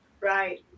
Right